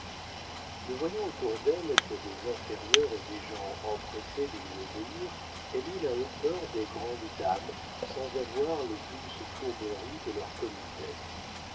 ne voyant autour d'elle que des inférieurs et des gens empressés de lui obéir elle eut la hauteur des grandes dames sans avoir les douces fourberies de leur politesse